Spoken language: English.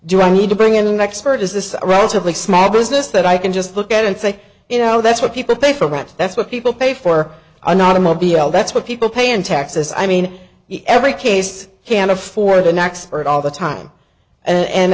do i need to bring in an expert is this a relatively small business that i can just look at and say you know that's what people pay for right that's what people pay for an automobile that's what people pay in taxes i mean every case can afford an expert all the time and